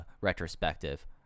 retrospective